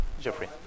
Jeffrey